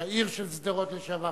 ראש העיר של שדרות לשעבר,